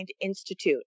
Institute